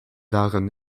waren